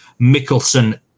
Mickelson